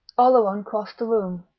oleron crossed the room.